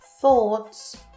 thoughts